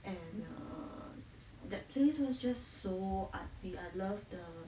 and err that place was just so artsy I love the